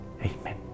Amen